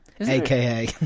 aka